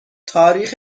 تاریخ